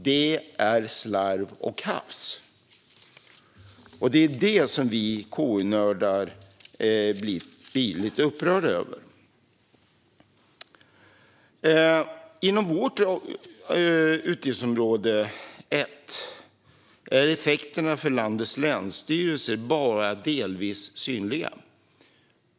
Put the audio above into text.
Det är slarv och hafs. Det är detta som vi KU-nördar blir lite upprörda över. Inom det utgiftsområde vi nu diskuterar, utgiftsområde 1, är effekterna för landets länsstyrelser bara delvis synliga.